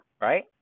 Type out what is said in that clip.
right